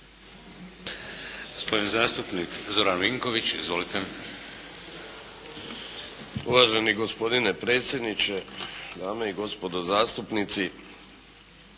Gospodin zastupnik Zoran Vinković. Izvolite. **Vinković, Zoran (SDP)** Uvaženi gospodine predsjedniče, dame i gospodo zastupnici.